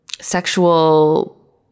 sexual